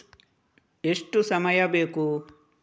ಎಷ್ಟು ಸಮಯ ಬೇಕು?